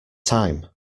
time